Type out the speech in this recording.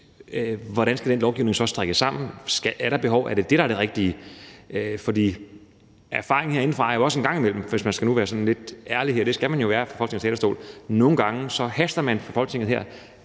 hvordan den lovgivning så skal strikkes sammen – er der behov, og er det det, der er det rigtige? For erfaringen herindefra er jo også en gang imellem, hvis man nu skal være sådan lidt ærlig, og det skal man jo være på Folketingets talerstol, at man nogle gange forhaster sig, og så